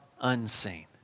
unseen